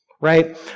right